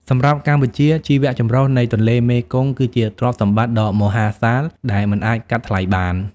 សម្រាប់កម្ពុជា ជីវៈចម្រុះនៃទន្លេមេគង្គគឺជាទ្រព្យសម្បត្តិដ៏មហាសាលដែលមិនអាចកាត់ថ្លៃបាន។